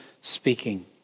speaking